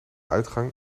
uitgang